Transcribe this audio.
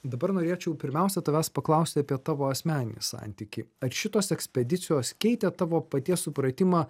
dabar norėčiau pirmiausia tavęs paklausti apie tavo asmeninį santykį ar šitos ekspedicijos keitė tavo paties supratimą